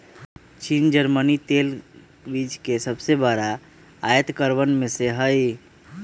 चीन जर्मनी तेल बीज के सबसे बड़ा आयतकरवन में से हई